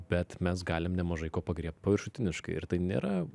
bet mes galim nemažai ko pagriebt paviršutiniškai ir tai nėra